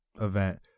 event